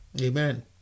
Amen